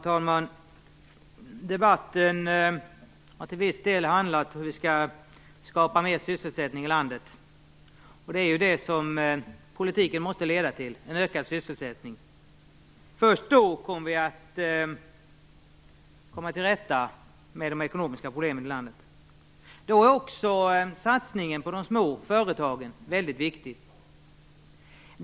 Herr talman! Debatten har till viss del handlat om hur vi skall skapa mer sysselsättning i landet. Det är ju just en ökad sysselsättning som politiken måste leda till. Först då kan vi komma till rätta med de ekonomiska problemen i landet. Då är också satsningen på de små företagen viktig.